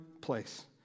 place